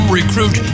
recruit